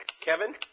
Kevin